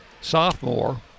sophomore